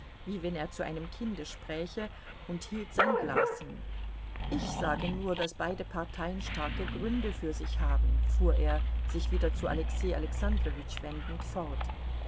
wie wenn er zu einem kinde spräche und hielt sein glas hin ich sage nur daß beide parteien starke gründe für sich haben fuhr er sich wieder zu alexei alexandrowitsch wendend fort